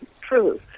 true